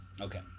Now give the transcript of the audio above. Okay